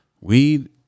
Weed